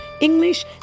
English